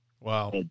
Wow